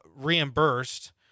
reimbursed